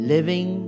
Living